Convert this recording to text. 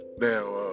Now